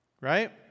right